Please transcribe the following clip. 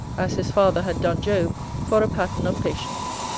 as his father had done job, for a pattern of patience.